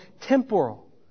temporal